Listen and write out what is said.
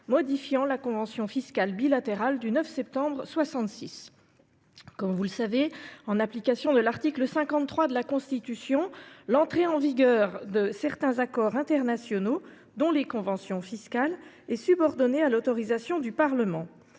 modifiant la convention fiscale bilatérale du 9 septembre 1966. Comme vous le savez, en application de l’article 53 de la Constitution, l’entrée en vigueur de certains accords internationaux, dont les conventions fiscales, est subordonnée à l’autorisation du Parlement.